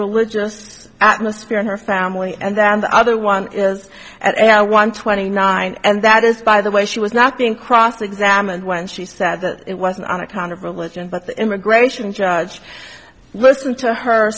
religious atmosphere in her family and then the other one is at one twenty nine and that is by the way she was not being cross examined when she said that it was an icon of religion but the immigration judge listened to her